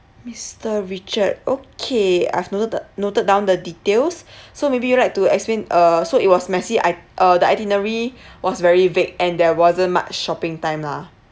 mister richard okay I've noted noted down the details so maybe you would like to explain uh so it was messy i~ uh the itinerary was very vague and there wasn't much shopping time lah